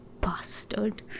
bastard